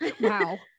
wow